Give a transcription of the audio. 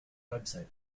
website